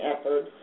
effort